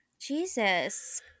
Jesus